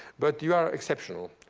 but you are exceptional.